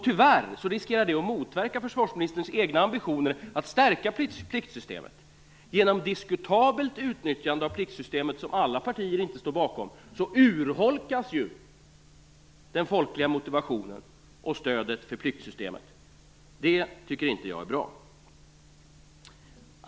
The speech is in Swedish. Tyvärr riskerar det att motverka försvarsministerns egna ambitioner att stärka pliktsystemet. Genom diskutabelt utnyttjande av pliktsystemet, som alla partier inte står bakom, urholkas ju den folkliga motivationen och stödet för pliktsystemet. Det tycker inte jag är bra.